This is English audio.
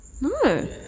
No